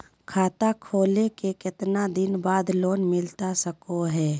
खाता खोले के कितना दिन बाद लोन मिलता सको है?